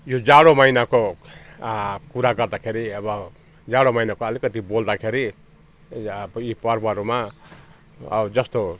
यो जाडो महिनाको कुरा गर्दाखेरि अब जाडो महिनाको अलिकति बोल्दाखेरि पर्वहरूमा जस्तो